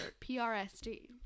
PRSD